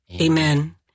Amen